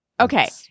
Okay